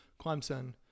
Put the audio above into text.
clemson